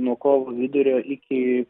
nuo kovo vidurio iki